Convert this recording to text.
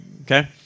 Okay